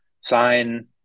sign